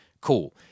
cool